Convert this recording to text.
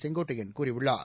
செங்கோட்டையன் கூறியுள்ளார்